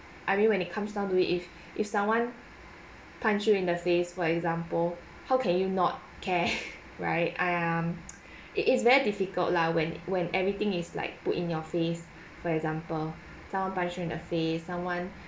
I knew when it comes down to it if if someone punch you in the face for example how can you not care right um it is very difficult lah when when everything is like too in your face for example someone punch you in the face someone